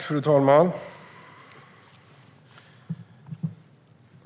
Fru talman!